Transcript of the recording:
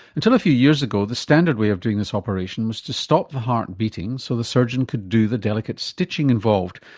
until a few years ago, the standard way of doing this operation was to stop the heart beating so the surgeon could do the delicate stitching involved,